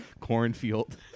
cornfield